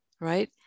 Right